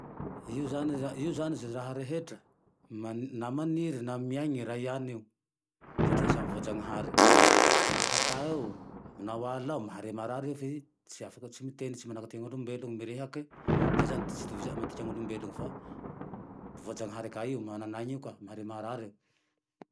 Io zane e, ze raha rehetra, na maniry na miainy ray ihany io, satria sambe voa janahary, na hata eo, naho ala ao mahare marary re fe tsy afaky, tsy miteny manahaky antena olombelony mirehake, zay zane tsy itovizany amy tika olombelony, fa voa-janahary ka io manan'aine io ka, mahare maharary eo.